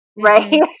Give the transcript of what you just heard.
right